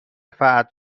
فرد